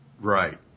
Right